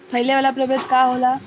फैले वाला प्रभेद का होला?